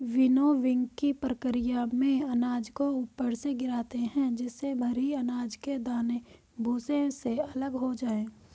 विनोविंगकी प्रकिया में अनाज को ऊपर से गिराते है जिससे भरी अनाज के दाने भूसे से अलग हो जाए